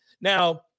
Now